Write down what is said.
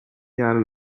jaren